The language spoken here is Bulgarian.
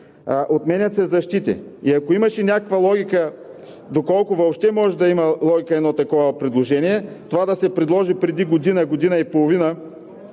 Отменят се защити и ако имаше някаква логика, доколкото въобще може да има логика едно такова предложение, това да се предложи година и половина,